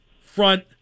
front